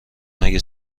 مگه